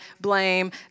blame